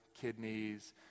kidneys